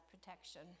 protection